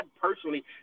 personally